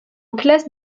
classe